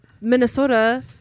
Minnesota